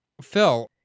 Phil